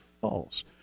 false